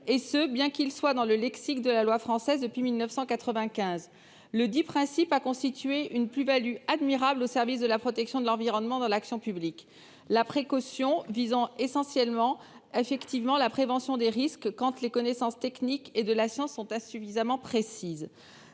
et ce, bien qu'il soit présent dans le lexique de la loi française depuis 1995. Ce principe a constitué une plus-value admirable au service de la protection de l'environnement dans l'action publique. La précaution vise la prévention des risques, quand les connaissances techniques et scientifiques sont insuffisamment précises.